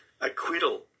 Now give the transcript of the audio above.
acquittal